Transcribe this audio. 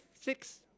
six